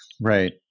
Right